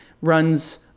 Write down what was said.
runs